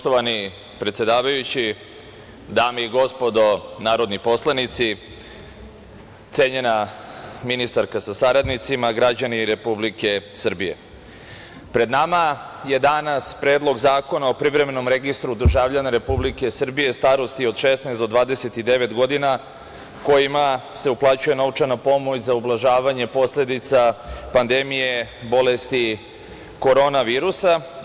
Poštovani predsedavajući, dame i gospodo narodni poslanici, cenjena ministarka sa saradnicima, građani Republike Srbije, pred nama je danas Predlog zakona o privremenom registru državljana Republike Srbije starosti od 16 do 29 godina kojima se uplaćuje novčana pomoć za ublažavanje posledica pandemije bolesti korona virusa.